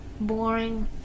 Boring